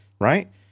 right